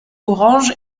orange